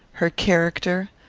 her character,